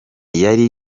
yari